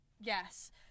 yes